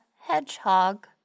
Hedgehog